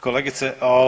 Kolegice.